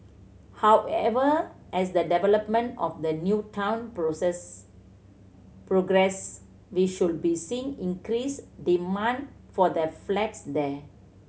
however as the development of the new town process progresses we should be seeing increased demand for the flats there